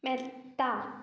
മെത്ത